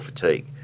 fatigue